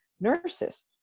nurses